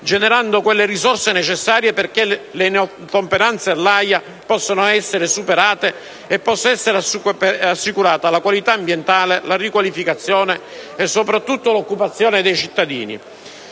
generando quelle risorse necessarie perché le inottemperanze all'AIA possano essere superate e possa essere assicurata la qualità ambientale, la riqualificazione e soprattutto l'occupazione dei cittadini.